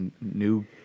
new